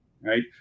right